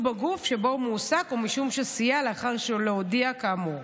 בגוף שבו הוא מועסק או משום שסייע לאחר להודיע כאמור.